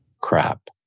crap